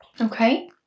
okay